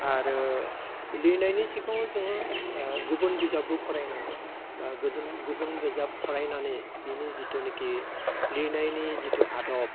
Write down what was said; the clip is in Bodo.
आरो लिरनायनि सिगाङाव जोङो गुबुन बिजाबबो फरायनांगौ बा गोजोम गुबुन बिजाब फरायनानै बिनि जिथुनाखि लिरनायनि जिथु आदब